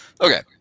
Okay